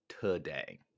today